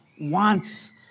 wants